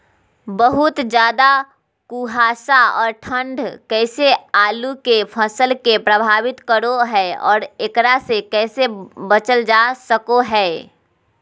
बहुत ज्यादा कुहासा और ठंड कैसे आलु के फसल के प्रभावित करो है और एकरा से कैसे बचल जा सको है?